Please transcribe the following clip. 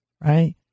right